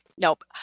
nope